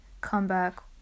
comeback